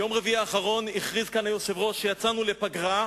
ביום רביעי האחרון הכריז כאן היושב-ראש שיצאנו לפגרה,